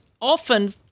often